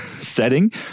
setting